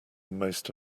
most